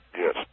Yes